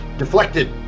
Deflected